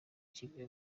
kimwe